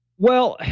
well,